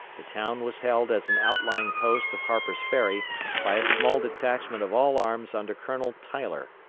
the town was held as an outlying post of harper's ferry by a small detachment of all arms under colonel tyler,